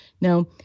Now